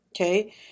okay